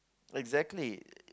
exactly